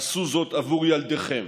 עשו זאת בעבור ילדיכם.